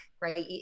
right